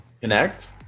connect